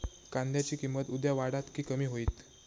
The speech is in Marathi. कांद्याची किंमत उद्या वाढात की कमी होईत?